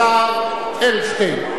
השר אדלשטיין,